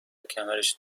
کمرش